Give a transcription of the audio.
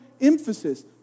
emphasis